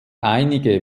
einige